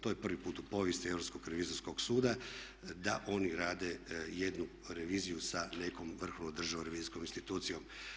To je prvi put u povijesti Europskog revizorskog suda da oni rade jednu reviziju sa nekom vrhovnom državnom revizijskom institucijom.